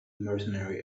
mercenary